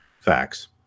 Facts